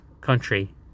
country